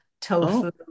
tofu